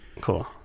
Cool